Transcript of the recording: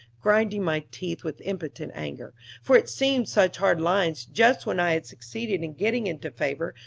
grinding my teeth with impotent anger for it seemed such hard lines, just when i had succeeded in getting into favor,